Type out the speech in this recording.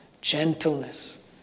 gentleness